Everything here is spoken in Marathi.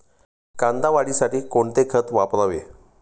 कांदा वाढीसाठी कोणते खत वापरावे?